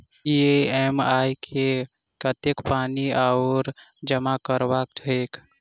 EMI मे कतेक पानि आओर जमा करबाक छैक?